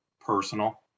personal